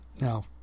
Now